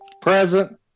present